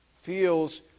feels